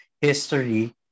history